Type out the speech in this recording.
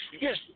yes